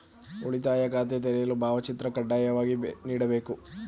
ಉಳಿತಾಯ ಖಾತೆ ತೆರೆಯಲು ಭಾವಚಿತ್ರ ಕಡ್ಡಾಯವಾಗಿ ನೀಡಬೇಕೇ?